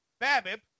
BABIP